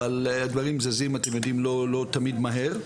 אבל הדברים זזים אתם יודעים לא תמיד מהר.